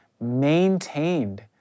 maintained